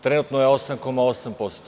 Trenutno je 8,8%